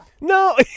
No